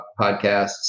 podcasts